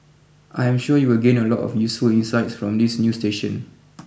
I am sure you will gain a lot of useful insights from this new station